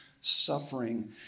suffering